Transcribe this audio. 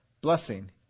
blessing